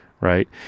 right